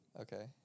Okay